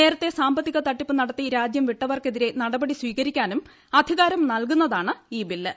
നേരത്തേ സാമ്പത്തിക തട്ടിപ്പ് നടത്തി രാജ്യം വിട്ടവർക്കെതിരെ നടപടി സ്വീകരിക്കാനും അധികാരം നൽകുന്നതാണ് ഈ ബില്ല്